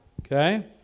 okay